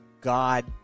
God